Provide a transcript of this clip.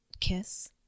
kiss